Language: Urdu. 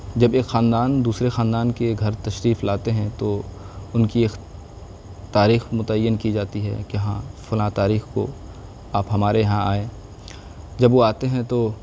جب ایک خاندان دوسرے خاندان کے گھر تشریف لاتے ہیں تو ان کی تاریخ متعین کی جاتی ہے کہ ہاں فلاں تاریخ کو آپ ہمارے یہاں آئیں جب وہ آتے ہیں تو